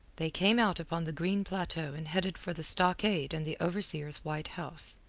they came out upon the green plateau and headed for the stockade and the overseer's white house.